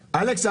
אלכס,